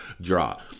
draw